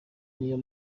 n’iyo